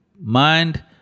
mind